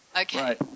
Okay